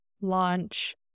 launch